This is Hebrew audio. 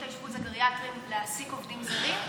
האשפוז הגריאטריים להעסיק עובדים זרים.